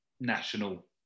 national